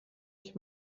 ich